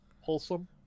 wholesome